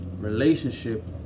relationship